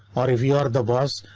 or if you are the boss,